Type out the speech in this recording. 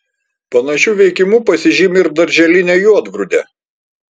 panašiu veikimu pasižymi ir darželinė juodgrūdė